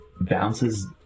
bounces